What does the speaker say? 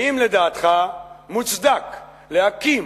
האם לדעתך מוצדק להקים